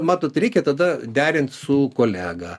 matot reikia tada derint su kolega